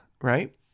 right